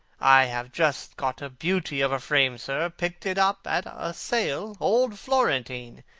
i have just got a beauty of a frame, sir. picked it up at a sale. old florentine.